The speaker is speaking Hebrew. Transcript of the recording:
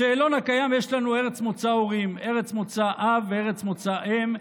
בשאלון הקיים יש לנו ארץ מוצא ההורים: ארץ מוצא אב וארץ מוצא אם.